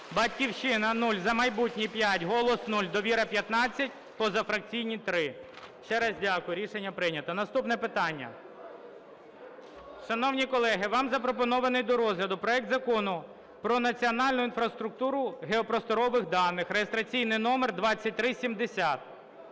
"Батьківщина" – 0, "За майбутнє" – 5, "Голос" – 0, "Довіра" – 15, позафракційні – 3. Ще раз дякую, рішення прийнято. Наступне питання. Шановні колеги, вам запропонований до розгляду проект Закону про національну інфраструктуру геопросторових даних (реєстраційний номер 2370).